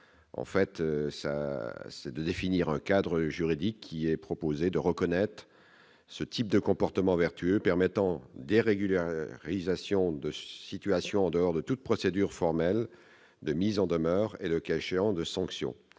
en fait ça, c'est de définir un cadre juridique qui est proposé de reconnaître ce type de comportement vertueux permettant dérégulé à réalisation de situation en dehors de toute procédure formelle de mise en demeure et le cas échéant de sanctions,